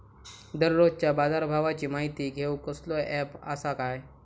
दररोजच्या बाजारभावाची माहिती घेऊक कसलो अँप आसा काय?